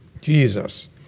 Jesus